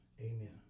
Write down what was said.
amen